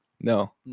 No